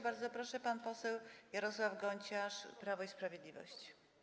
Bardzo proszę, pan poseł Jarosław Gonciarz, Prawo i Sprawiedliwość.